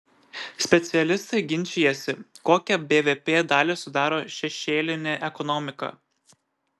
specialistai ginčijasi kokią bvp dalį sudaro šešėlinė ekonomika